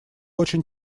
очень